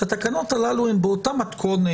שהתקנות הללו הן באותה מתכונת,